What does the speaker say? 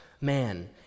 man